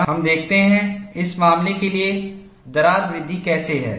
और हमें देखते हैं इस मामले के लिए दरार वृद्धि कैसे है